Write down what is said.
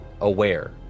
aware